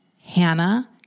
Hannah